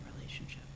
relationship